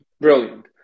Brilliant